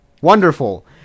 Wonderful